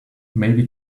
maybe